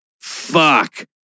Fuck